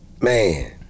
Man